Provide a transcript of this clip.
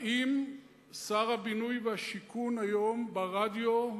האם שר הבינוי והשיכון היום, ברדיו,